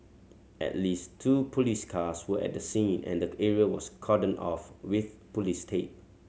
at least two police cars were at the scene and the area was cordoned off with police tape